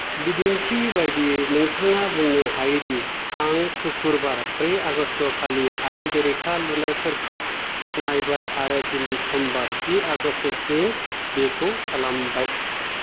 बिदिन्थि बादियै नोंथाङा बुंनो हायोदि आं सुक्र'बार ब्रै आगस्त'खालि आइन बेरेखा लुनायफोरखौ नायबाय आरो दिनै समबार जि आगस्तसिम बेखौ खालामबाय